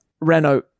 Renault